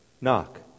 knock